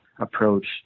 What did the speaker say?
approach